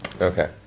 Okay